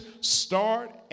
start